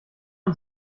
und